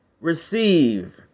receive